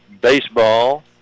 baseball